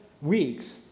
weeks